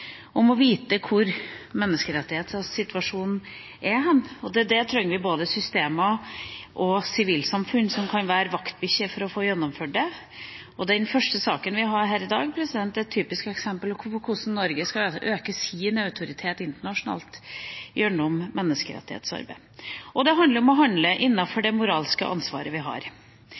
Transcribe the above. om å respektere menneskerettighetene og om å vite hvordan menneskerettighetssituasjonen er. Da trenger vi både systemer og sivilsamfunn – som kan være vaktbikkjer for å få gjennomført dette. Den første saken vi behandlet her i dag, er et typisk eksempel på hvordan Norge skal øke sin autoritet internasjonalt gjennom menneskerettighetsarbeid. Og det handler om å handle